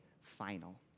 final